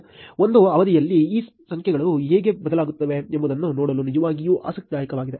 ಒಂದು ಅವಧಿಯಲ್ಲಿ ಈ ಸಂಖ್ಯೆಗಳು ಹೇಗೆ ಬದಲಾಗುತ್ತವೆ ಎಂಬುದನ್ನು ನೋಡಲು ನಿಜವಾಗಿಯೂ ಆಸಕ್ತಿದಾಯಕವಾಗಿದೆ